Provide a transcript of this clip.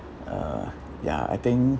uh ya I think